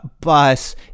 bus